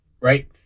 right